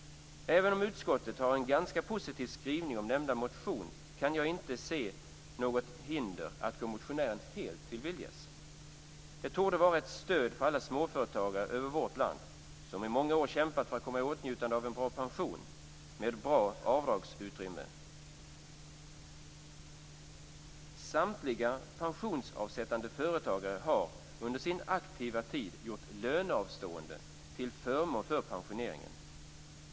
Även om utskottet har en ganska positiv skrivning om nämnda motion kan jag inte se något hinder att gå motionären helt till viljes. Det torde vara ett stöd för alla småföretagare i vårt land som i många år kämpat för att komma i åtnjutande av en bra pension med bra avdragsutrymme. Samtliga pensionsavsättande företagare har under sin aktiva tid gjort löneavståenden till förmån för pensioneringen.